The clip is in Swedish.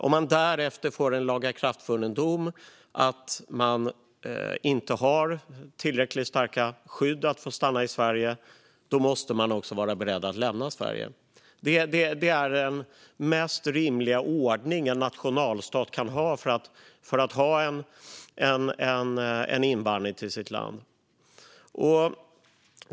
Om man därefter får en lagakraftvunnen dom som slår fast att man inte har tillräckligt starka skäl att få stanna i Sverige måste man vara beredd att lämna landet. Detta är den mest rimliga ordning en nationalstat kan ha för invandring till sitt land.